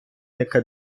яка